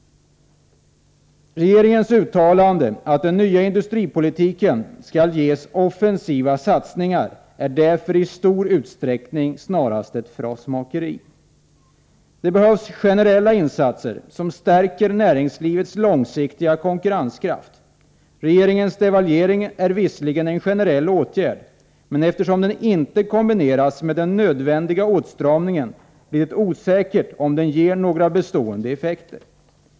Regeringens uttalanden, att den nya industripolitiken skall ge offensiva satsningar, är därför i stor utsträckning snarast ett frasmakeri. Det behövs generella insatser som stärker näringslivets långsiktiga konkurrenskraft. Regeringens devalvering är visserligen en generell åtgärd, men eftersom den inte kombineras med den nödvändiga åtstramningen, blir det osäkert om den ger några bestående effekter.